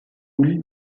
ull